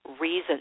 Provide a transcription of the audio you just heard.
reason